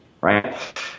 right